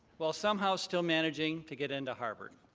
while somehow still managing to get into harvard.